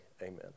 amen